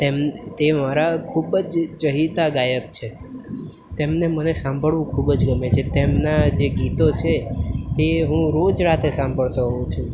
તેમ તે મારા ખૂબ જ ચહીતા ગાયક છે તેમને મને સાંભળવું ખૂબ જ ગમે છે તેમના જે ગીતો છે તે હું રોજ રાતે સાંભળતો હોઉં છું